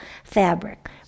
fabric